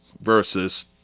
versus